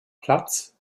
platz